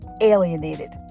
alienated